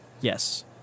Yes